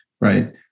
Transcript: right